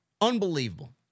Unbelievable